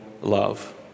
love